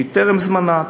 שהיא טרם זמנה,